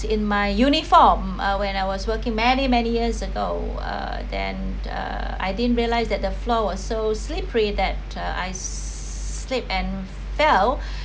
in my uniform uh when I was working many many years ago uh then uh I didn't realize that the floor was so slippery that uh I slipped and fell